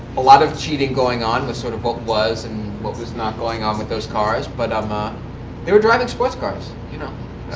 a lot of cheating going on, the sort of what was and was not going on with those cars. but um um they were driving sports cars. you know